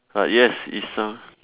but yes it's a